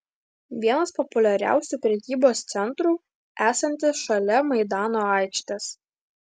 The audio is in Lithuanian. vienas populiariausių prekybos centrų esantis šalia maidano aikštės